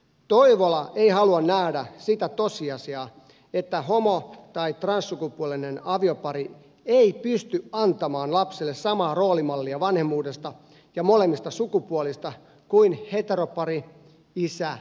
toivola ei halua nähdä sitä tosiasiaa että homo tai transsukupuolinen aviopari ei pysty antamaan lapselle samaa roolimallia vanhemmuudesta ja molemmista sukupuolista kuin heteropari isä ja äiti